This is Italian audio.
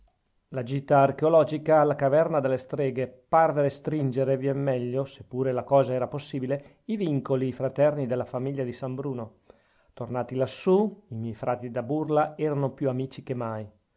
la gita archeologica alla caverna delle streghe parve stringere viemmeglio se pure la cosa era possibile i vincoli fraterni della famiglia di san bruno tornati lassù i miei frati da burla erano più amici che mai